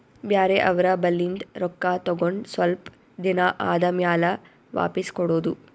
ಬ್ಯಾರೆ ಅವ್ರ ಬಲ್ಲಿಂದ್ ರೊಕ್ಕಾ ತಗೊಂಡ್ ಸ್ವಲ್ಪ್ ದಿನಾ ಆದಮ್ಯಾಲ ವಾಪಿಸ್ ಕೊಡೋದು